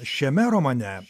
šiame romane